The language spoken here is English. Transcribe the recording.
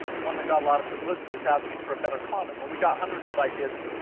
one that got a lot of publicity was asking for a better condom. well, we got hundreds of ideas.